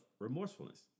remorsefulness